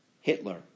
Hitler